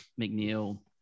McNeil